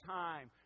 time